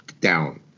down